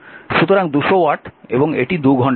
সুতরাং 200 ওয়াট এবং এটি 2 ঘন্টার জন্য